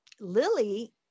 Lily